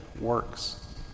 works